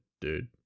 dude